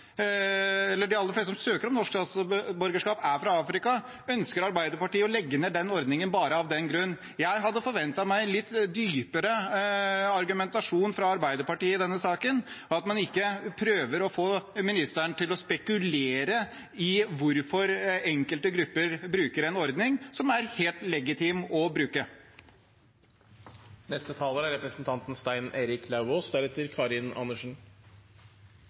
er fra Afrika, ønsker Arbeiderpartiet å legge ned den ordningen, bare av den grunn? Jeg hadde forventet meg en litt dypere argumentasjon fra Arbeiderpartiet i denne saken, og at man ikke prøver å få ministeren til å spekulere i hvorfor enkelte grupper bruker en ordning som er helt legitim.